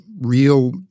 real